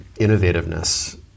innovativeness